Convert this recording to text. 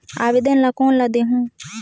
आवेदन ला कोन ला देहुं?